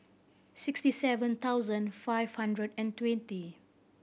sixty seven thousand five hundred and twenty